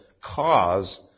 cause